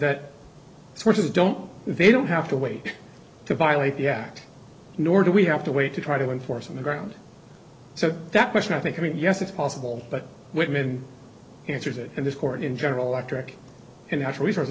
that sources don't they don't have to wait to violate the act nor do we have to wait to try to enforce on the ground so that question i think i mean yes it's possible but women answers it and this court in general electric and